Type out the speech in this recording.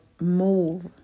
move